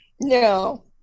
No